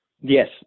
Yes